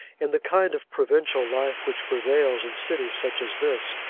in the kind of provincial life which prevails in cities such as this,